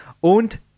und